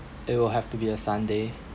it will have to be a sunday